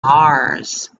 mars